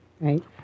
Right